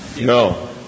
No